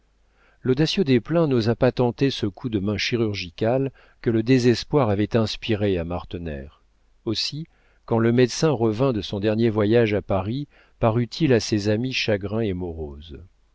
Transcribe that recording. l'audacieux desplein n'osa pas tenter ce coup de main chirurgical que le désespoir avait inspiré à martener aussi quand le médecin revint de son dernier voyage à paris parut-il à ses amis chagrin et morose